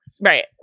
Right